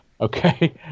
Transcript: Okay